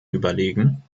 überlegen